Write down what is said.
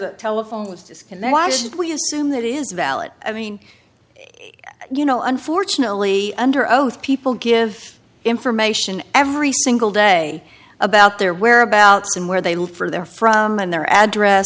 a telephone was disc and then why should we assume that is valid i mean you know unfortunately under oath people give information every single day about their whereabouts and where they look for their from and their address